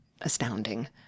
astounding